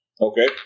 Okay